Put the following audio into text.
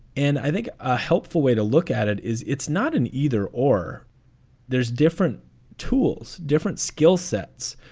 and i think a helpful way to look at it is it's not an either or there's different tools, different skill sets.